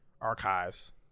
archives